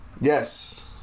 yes